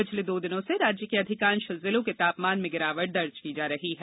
पिछले दो दिनों से राज्य के अधिकांश जिलों के तापमान में गिरावट दर्ज की जा रही है